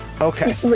Okay